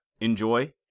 enjoy